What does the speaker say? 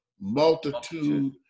multitude